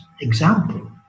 example